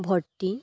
ভৰ্তি